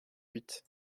huit